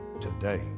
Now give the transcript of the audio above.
today